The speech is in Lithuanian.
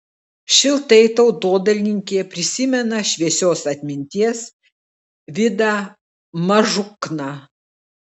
šiltai tautodailininkė prisimena šviesios atminties vidą mažukną